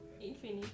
Infinite